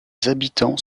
habitants